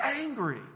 angry